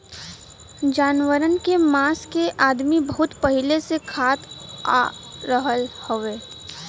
जानवरन के मांस के अदमी बहुत पहिले से खात आ रहल हउवे